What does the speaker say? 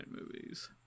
movies